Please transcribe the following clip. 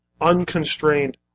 unconstrained